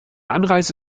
anreise